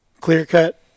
clear-cut